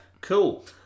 Cool